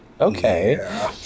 okay